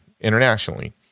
internationally